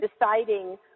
deciding